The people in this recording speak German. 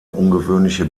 ungewöhnliche